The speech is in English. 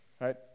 Right